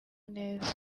neza